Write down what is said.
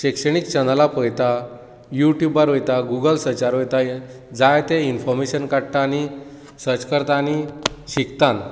शिक्षणीक चॅनलां पळयतात युट्यूबार वयता गुगल सर्चार वयता जायतें इन्फोर्मेशन काडटा आनी सर्च करतात आनी शिकतात